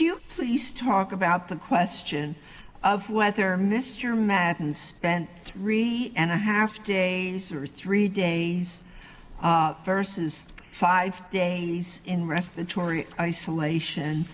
you please talk about the question of whether mr madden spent three and a half days or three days versus five days in respiratory isolation